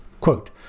Quote